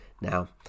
Now